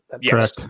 Yes